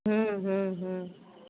हूँ हूँ हूँ